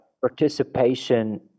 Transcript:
participation